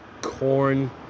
corn